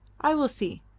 i will see,